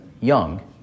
young